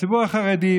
הציבור החרדי,